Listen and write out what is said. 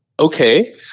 okay